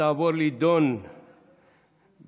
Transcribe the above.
ותעבור להידון בוועדת